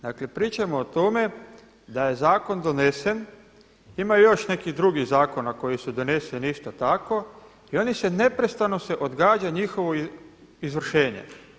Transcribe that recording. Dakle pričamo o tome da je zakon donesen, imaju još neki drugi zakoni koji su doneseni isto tako i oni se neprestano se odgađa njihovo izvršenje.